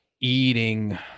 eating